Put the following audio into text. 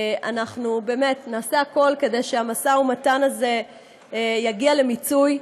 אנחנו באמת נעשה הכול כדי שהמשא ומתן הזה יגיע למיצוי,